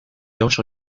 oso